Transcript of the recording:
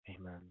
Amen